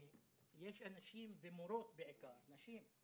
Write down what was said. יש אנשים, ומורות בעיקר, נשים,